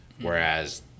whereas